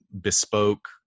bespoke